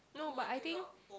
no but I think